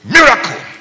miracle